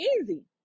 easy